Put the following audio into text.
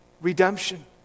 redemption